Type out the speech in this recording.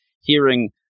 hearing